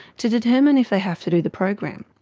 to determine if they have to do the program.